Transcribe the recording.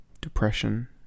Depression